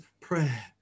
prayer